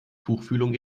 tuchfühlung